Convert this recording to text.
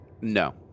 No